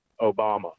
Obama